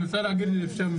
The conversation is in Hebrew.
אני רוצה להגיד משפט.